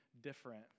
different